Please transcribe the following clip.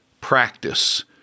practice